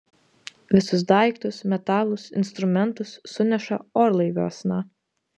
visus daiktus metalus instrumentus suneša orlaiviuosna